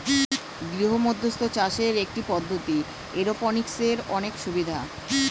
গৃহমধ্যস্থ চাষের একটি পদ্ধতি, এরওপনিক্সের অনেক সুবিধা